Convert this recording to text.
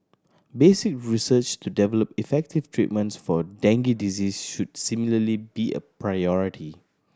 basic research to develop effective treatments for dengue disease should similarly be a priority